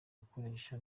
bikoresho